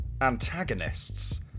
Antagonists